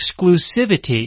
exclusivity